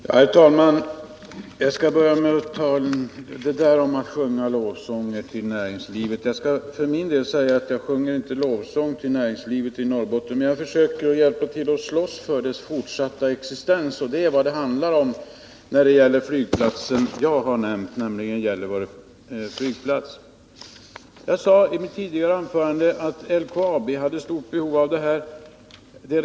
Herr talman! Jag skall till att börja med beröra talet om lovsånger till näringslivet. Jag sjunger för min del inte någon lovsång till näringslivet i Norrbotten, men jag slåss för dess fortsatta existens. Det är också vad det handlar om när det gäller den flygplats som-jag har tagit upp, dvs. Gällivare flygplats. Jag sade i mitt tidigare anförande att LKAB har stort behov av den flygplatsen.